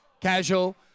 casual